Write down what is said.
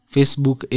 Facebook